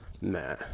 Nah